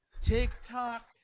TikTok